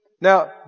Now